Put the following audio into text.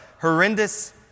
horrendous